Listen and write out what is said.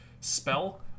spell